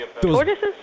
Tortoises